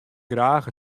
graach